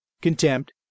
contempt